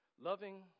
Loving